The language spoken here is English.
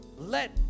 Let